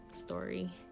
story